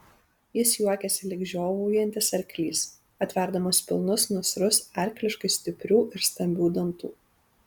jis juokėsi lyg žiovaujantis arklys atverdamas pilnus nasrus arkliškai stiprių ir stambių dantų